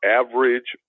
average